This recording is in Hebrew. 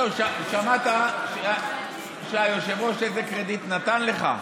לא, שמעת איזה קרדיט היושב-ראש נתן לך?